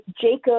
Jacob